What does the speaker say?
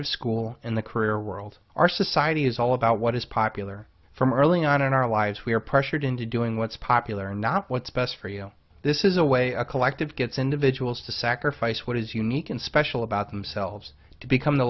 of school and the career world our society is all about what is popular from early on in our lives we are pressured into doing what's popular not what's best for you this is a way a collective gets individuals to sacrifice what is unique and special about themselves to become the